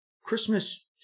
Christmas